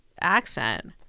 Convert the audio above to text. accent